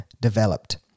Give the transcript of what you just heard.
developed